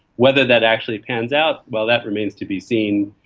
whether that actually pans out, well, that remains to be seen.